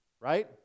right